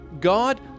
God